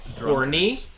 Horny